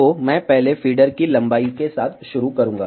तो मैं पहले फीडर की लंबाई के साथ शुरू करूंगा